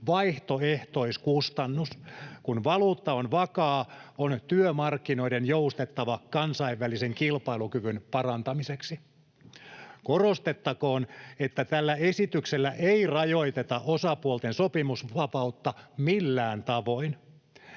vaihtoehtoiskustannus. Kun valuutta on vakaa, on työmarkkinoiden joustettava kansainvälisen kilpailukyvyn parantamiseksi. Korostettakoon, että tällä esityksellä ei rajoiteta osapuolten sopimusvapautta millään tavoin.